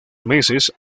meses